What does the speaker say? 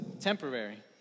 temporary